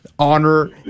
honor